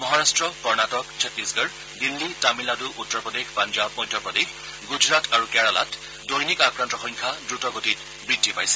মহাৰাট্ট কৰ্ণাটক ছত্তিশগড় দিল্লী তামিলনাডু উত্তৰপ্ৰদেশ পঞ্জাৱ মধ্যপ্ৰদেশ গুজৰাট আৰু কেৰালাত দৈনিক আক্ৰান্তৰ সংখ্যা দ্ৰুত গতিত বৃদ্ধি পাইছে